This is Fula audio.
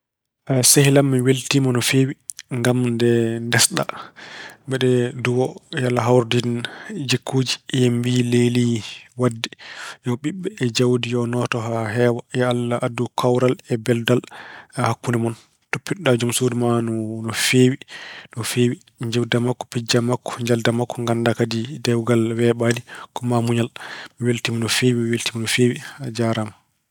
Sehil am wi weltiima no feewi ngam nde ndesɗa. Mbeɗa duwo, yo Allah hawridin jikkuuji. Yo en mbiy leelii waɗde. Yo ɓiɓɓe e jawdi yo nooto haa heewa. Y'Allah addu kawral e beldal hakkunde mon. Toppitoɗa jom suudu ma no feewi. Njeewtida e makko, pijja e makko, njalda e makko. Ngannda kadi dewgal weeɓaani, ko maa muñal. Mi weltiima no feewi Mi weltiima no feewi A jaaraama.